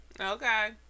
Okay